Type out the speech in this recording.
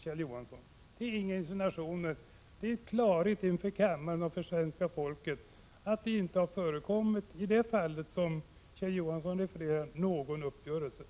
Det är inga insinuationer — det är en önskan om klarhet inför kammaren och svenska folket om att det inte har förekommit någon uppgörelse i det fall som Kjell Johansson refererar.